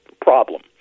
problem